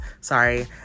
sorry